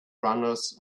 runners